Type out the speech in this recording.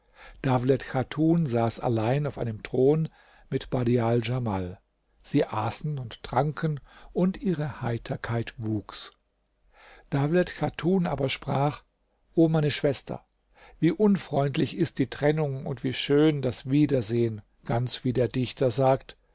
dawlet chatun saß allein auf einem thron mit badial djamal sie aßen und tranken und ihre heiterkeit wuchs dawlet chatun aber sprach o meine schwester wie unfreundlich ist die trennung und wie schön das wiedersehen ganz wie der dichter sagt